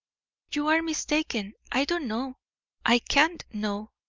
you are mistaken. i don't know i can't know.